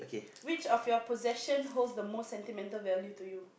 which of your possession holds the most sentimental value to you